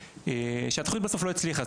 שהתוכנית בסוף לא הצליחה.